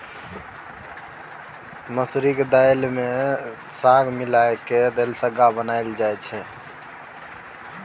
मसुरीक दालि मे साग मिला कय दलिसग्गा बनाएल जाइ छै